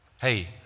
Hey